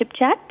ChipChat